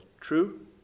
true